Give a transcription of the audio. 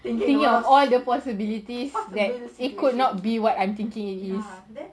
thinking of all the possibilities that it could not be what I thinking it is